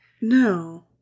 no